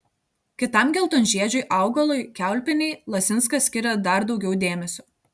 kitam geltonžiedžiui augalui kiaulpienei lasinskas skiria dar daugiau dėmesio